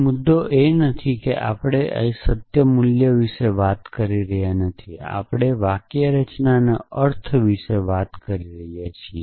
મુદ્દો એ નથી કે આપણે અહીં સત્ય મૂલ્ય વિશે વાત કરી રહ્યા નથી આપણે વાક્યરચનાના અર્થ વિશે વાત કરી રહ્યા છીએ